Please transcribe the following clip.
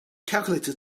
calculator